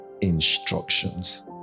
instructions